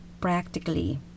practically